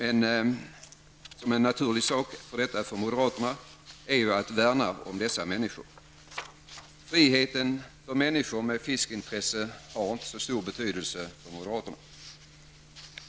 En naturlig sak för moderaterna är att värna om dessa värden och dessa människor. Friheten för människor med fiskeintresse har inte så stor betydelse för moderaterna.